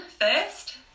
first